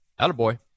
Attaboy